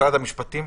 המשפטים.